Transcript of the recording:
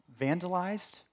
vandalized